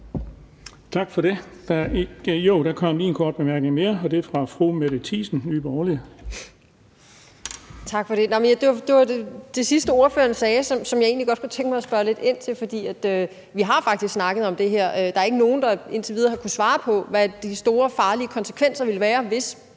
Tak for det. Der kom lige en kort bemærkning mere, og den er fra fru Mette Thiesen, Nye Borgerlige. Kl. 15:52 Mette Thiesen (NB): Tak for det. Det var det sidste, ordføreren sagde, som jeg egentlig godt kunne tænke mig at spørge lidt ind til, for vi har faktisk snakket om det her, men indtil videre er der ikke nogen, der har kunnet svare på, hvad de store, farlige konsekvenser ville være, hvis